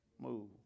move